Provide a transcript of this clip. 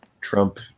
Trump